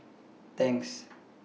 Tangs